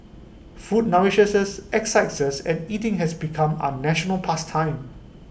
food nourishes us excites us and eating has become our national past time